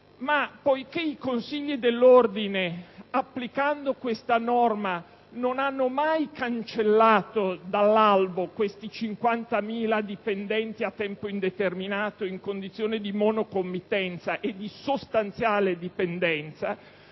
fatto che i Consigli dell'ordine, applicando una norma come questa, non hanno mai cancellato dall'albo i 50.000 dipendenti a tempo indeterminato in condizione di monocommittenza e di sostanziale dipendenza.